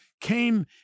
came